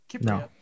No